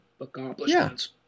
accomplishments